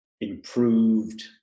improved